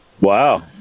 Wow